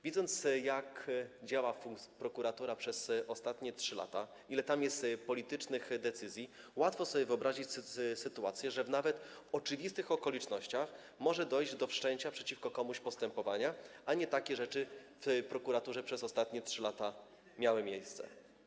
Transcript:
Widząc, jak działa prokuratura przez ostatnie 3 lata, ile tam jest politycznych decyzji, łatwo sobie wyobrazić sytuację, w której nawet w oczywistych okolicznościach może dojść do wszczęcia przeciwko komuś postępowania; nie takie rzeczy w prokuraturze przez ostatnie 3 lata miały miejsce.